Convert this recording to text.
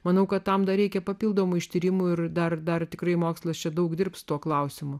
manau kad tam dar reikia papildomo ištyrimo ir dar dar tikrai mokslas čia daug dirbs tuo klausimu